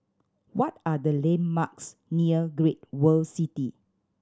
what are the landmarks near Great World City